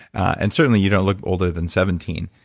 and certainly you don't look older than seventeen.